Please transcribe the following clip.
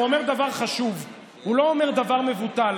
הוא אומר דבר חשוב, הוא לא אומר דבר מבוטל.